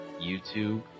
youtube